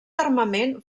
armament